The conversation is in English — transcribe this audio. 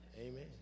amen